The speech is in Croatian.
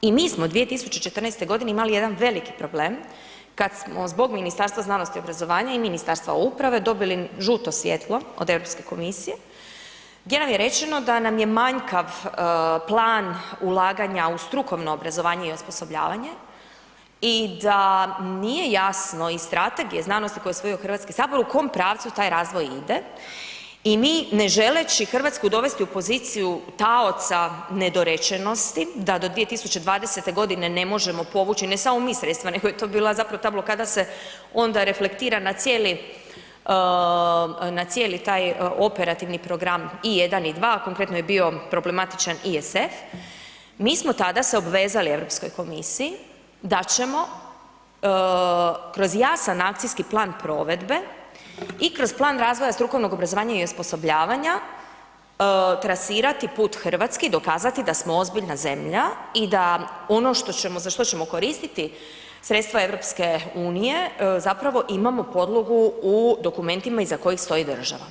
I mi smo 2014. g. imali jedan veliki problem kad smo zbog Ministarstva znanosti i obrazovanja i Ministarstva uprave dobili žuto svjetlo od Europske komisije gdje nam je rečeno da nam je manjkav plan ulaganja u strukovno obrazovanje i osposobljavanje i da nije jasno iz Strategije znanosti koju je usvojio Hrvatski sabor, u kom pravcu taj razvoj ide i mi ne želeći Hrvatsku dovesti u poziciju taoca nedorečenosti, da do 2020. g. ne možemo povući, ne samo mi sredstva nego to je bila, zapravo ta blokada se onda reflektira na cijeli taj operativni program i 1 i 2, konkretno je bio problematičan ESAF, mi smo tada se obvezali Europskoj komisiji, da ćemo kroz jasan akcijski plan provedbe i kroz plan razvoja strukovnog obrazovanja i osposobljavanja, trasirati put Hrvatske i dokazati da smo ozbiljna zemlja i da ono za što ćemo koristiti sredstva EU-a, zapravo imamo podlogu u dokumentima iza kojih stoji država.